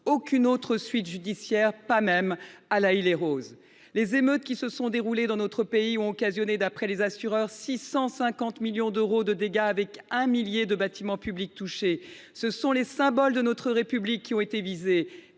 aucune autre suite judiciaire à ces événements, pas même pour ceux de L’Haÿ les Roses. Les émeutes qui se sont déroulées dans notre pays ont occasionné, d’après les assureurs, 650 millions d’euros de dégâts. Un millier de bâtiments publics ont été touchés. Ce sont les symboles de notre République qui ont été visés